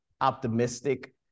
optimistic